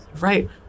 Right